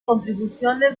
contribuciones